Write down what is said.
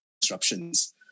disruptions